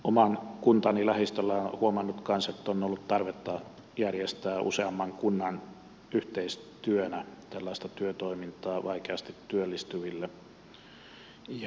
oman kuntani lähistöllä olen myös huomannut että on ollut tarvetta järjestää useamman kunnan yhteistyönä tällaista työtoimintaa vaikeasti työllistyville